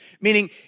meaning